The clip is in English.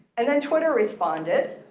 and then twitter responded.